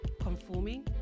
conforming